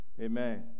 Amen